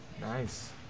Nice